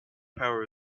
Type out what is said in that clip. power